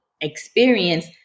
experience